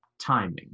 timing